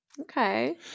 Okay